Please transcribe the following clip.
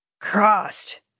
Crossed